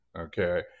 Okay